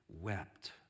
wept